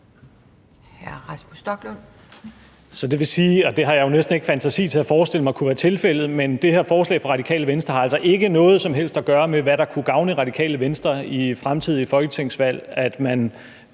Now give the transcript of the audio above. Rasmus Stoklund (S): Det vil altså sige, selv om jeg næsten ikke har fantasi til at forestille mig, at det kunne være tilfældet, at det her forslag fra Radikale Venstre ikke har noget som helst at gøre med, hvad der kunne gavne Radikale Venstre i fremtidige folketingsvalg, nemlig